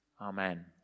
Amen